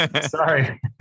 Sorry